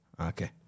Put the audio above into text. Okay